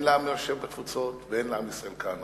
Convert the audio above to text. לעם היושב בתפוצות והן לעם ישראל כאן.